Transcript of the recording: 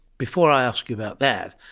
before i ask you about that,